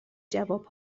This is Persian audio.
جواب